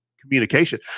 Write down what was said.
communication